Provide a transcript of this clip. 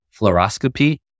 fluoroscopy